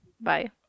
Bye